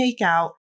takeout